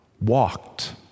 walked